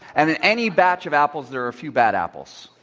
and in any batch of apples, there are few bad apples.